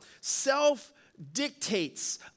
self-dictates